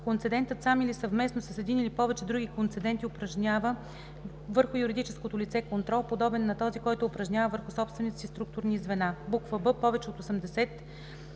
концедентът сам, или съвместно с един или повече други концеденти, упражнява върху юридическото лице контрол, подобен на този, който упражнява върху собствените си структурни звена; б) повече от 80